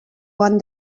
one